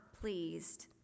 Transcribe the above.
pleased